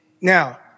Now